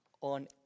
on